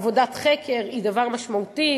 עבודת חקר היא דבר משמעותי,